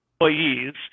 employees